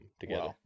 together